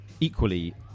equally